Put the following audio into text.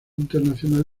internacional